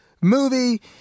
movie